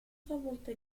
talvolta